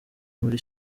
muri